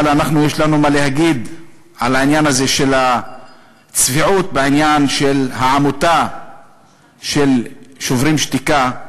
אבל יש לנו מה להגיד על הצביעות בעניין של העמותה "שוברים שתיקה".